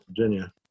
Virginia